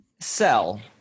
Sell